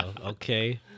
Okay